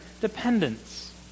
dependence